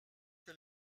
que